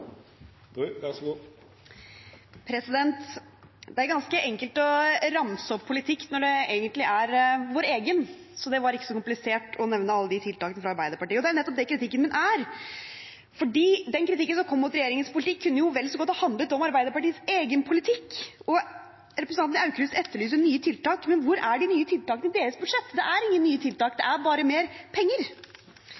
Det er ganske enkelt å ramse opp politikk når det egentlig er vår egen, så det var ikke så komplisert å nevne alle de tiltakene fra Arbeiderpartiet. Nettopp det er kritikken min, for den kritikken som kom mot regjeringens politikk, kunne vel så godt ha handlet om Arbeiderpartiets egen politikk. Representanten Aukrust etterlyser nye tiltak, men hvor er de nye tiltakene i deres budsjett? Det er ingen nye tiltak,